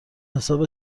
حساب